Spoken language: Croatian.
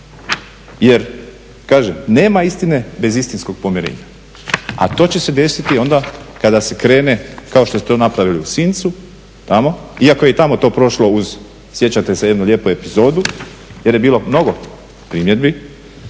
Jer kažem, nema istine bez istinskog pomirenja. A to će se desiti onda kada se krene kao što su to napravili u Sincu tamo iako je i tamo to prošlo uz, sjećate se jednu lijepu epizodu jer je bilo mnogo primjedbi